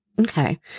Okay